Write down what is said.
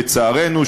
לצערנו,